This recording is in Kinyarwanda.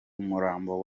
umurambo